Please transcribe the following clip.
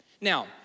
Now